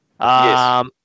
Yes